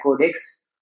Codex